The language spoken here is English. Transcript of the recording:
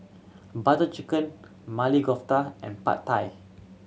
Butter Chicken Maili Kofta and Pad Thai